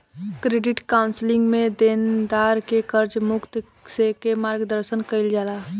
credit counselling में देनदार के कर्ज मुक्त के मार्गदर्शन कईल जाला